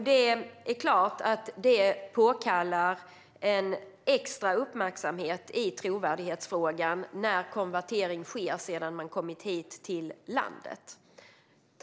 Det är klart att det påkallar en extra uppmärksamhet i trovärdighetsfrågan när konvertering sker sedan man kommit hit till landet.